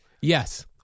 Yes